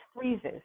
freezes